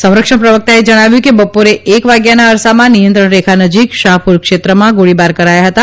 સંરક્ષણ પ્રવકતાએ જણાવ્યું કે બપોરે એક વાગ્યાના અરસામાં નિયંત્રણ રેખા નજીક શાહપુર ક્ષેત્રમાં ગોળીબાર કરાયા હતા